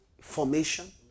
formation